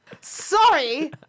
sorry